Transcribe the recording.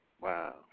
Wow